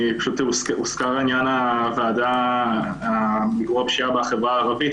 הוזכר עניין הוועדה למיגור הפשיעה בחברה הערבית,